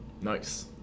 Nice